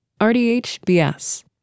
RDHBS